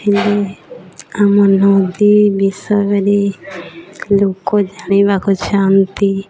ହେଲେ ଆମ ନଦୀ ବିଷୟରେ ଲୋକ ଜାଣିବାକୁ ଚାହାଁନ୍ତି